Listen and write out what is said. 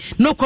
no